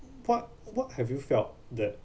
what what have you felt that